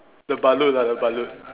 the balut ah the balut